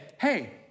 hey